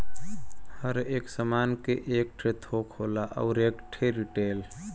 हर एक सामान के एक ठे थोक होला अउर एक ठे रीटेल